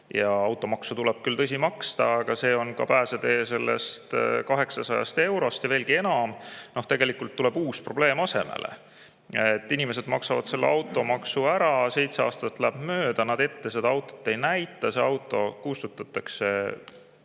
Automaksu tuleb küll maksta, aga see on pääsetee 800 eurost. Ja veelgi enam, tegelikult tuleb uus probleem asemele. Inimesed maksavad automaksu ära, seitse aastat läheb mööda, autot nad ei ette näita, see auto kustutatakse